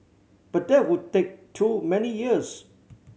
but that would take too many years